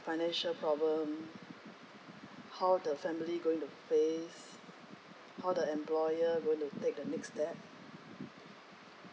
financial problem how the family going to face how the employer going to take the next step